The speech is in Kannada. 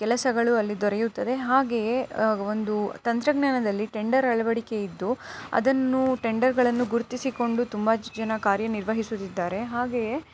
ಕೆಲಸಗಳು ಅಲ್ಲಿ ದೊರೆಯುತ್ತದೆ ಹಾಗೆಯೇ ಒಂದು ತಂತ್ರಜ್ಞಾನದಲ್ಲಿ ಟೆಂಡರ್ ಅಳವಡಿಕೆ ಇದ್ದು ಅದನ್ನು ಟೆಂಡರ್ಗಳನ್ನು ಗುರುತಿಸಿಕೊಂಡು ತುಂಬ ಜನ ಕಾರ್ಯನಿರ್ವಹಿಸುತ್ತಿದ್ದಾರೆ ಹಾಗೆಯೇ